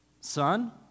son